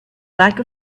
like